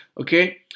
Okay